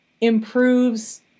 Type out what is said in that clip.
improves